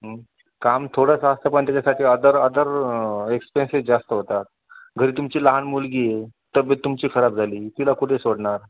काम थोडंसं असतं पण त्याच्यासाठी अदर अदर एक्सपेन्सेस जास्त होतात घरी तुमची लहान मुलगी आहे तब्येत तुमची खराब झाली तिला कुठे सोडणार